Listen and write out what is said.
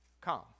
come